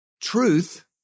Truth